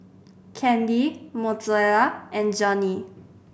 Candy Mozella and Johny